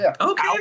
okay